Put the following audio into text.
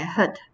I heard